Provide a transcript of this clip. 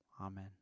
Amen